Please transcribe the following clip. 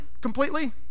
completely